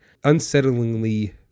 unsettlingly